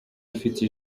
ifite